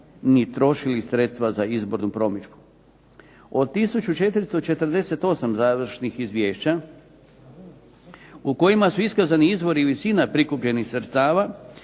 ni trošili sredstva za izbornu promidžbu. Od 1448 završnih izvješća u kojima su iskazani izvori i visina prikupljenih sredstava